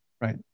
Right